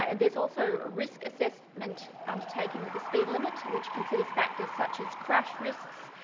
and there's also a risk assessment undertaken with the speed limit, which considers factors such as crash risks,